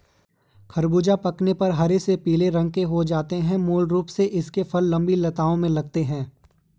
ख़रबूज़ा पकने पर हरे से पीले रंग के हो जाते है मूल रूप से इसके फल लम्बी लताओं में लगते हैं